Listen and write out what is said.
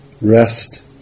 rest